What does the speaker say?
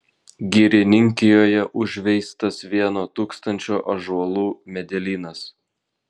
girininkijoje užveistas vieno tūkstančio ąžuolų medelynas